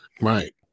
Right